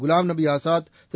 Ghulam Nabi Azad Thiru